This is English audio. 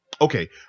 Okay